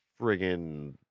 friggin